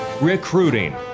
recruiting